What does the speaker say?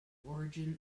origin